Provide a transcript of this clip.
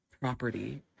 property